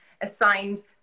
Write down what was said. assigned